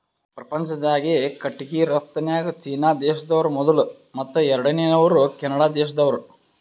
ಪ್ರಪಂಚ್ದಾಗೆ ಕಟ್ಟಿಗಿ ರಫ್ತುನ್ಯಾಗ್ ಚೀನಾ ದೇಶ್ದವ್ರು ಮೊದುಲ್ ಮತ್ತ್ ಎರಡನೇವ್ರು ಕೆನಡಾ ದೇಶ್ದವ್ರು